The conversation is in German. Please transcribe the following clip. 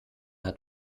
hat